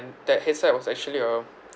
that headset was actually a